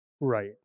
Right